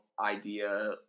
idea